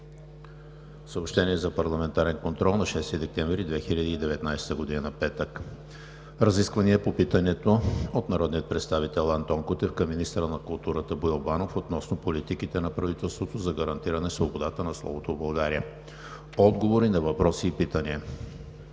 Съобщение за парламентарния контрол на 6 декември 2019 г., петък. Разисквания по питането от народния представител Антон Кутев към министъра на културата Боил Банов относно политиките на правителството за гарантиране свободата на словото в България. Отговори на въпроси и питания: